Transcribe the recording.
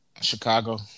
Chicago